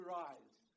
rise